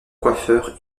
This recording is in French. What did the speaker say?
coiffeur